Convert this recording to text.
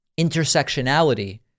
Intersectionality